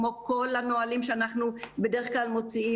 כמו כל הנהלים שאנחנו בדרך כלל מוציאים,